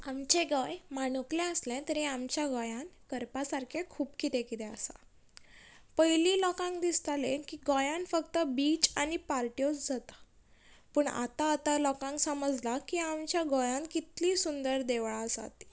आमचें गोंय माणुकलें आसलें तरी आमच्या गोंयान करपा सारकें खूब कितें कितें आसा पयलीं लोकांक दिसतालें की गोंयान फक्त बीच आनी पार्ट्योच जाता पूण आतां आतां लोकांक समजलां की आमच्या गोंयान कितलीं सुंदर देवळां आसा तीं